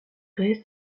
restes